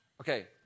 Okay